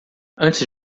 antes